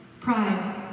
pride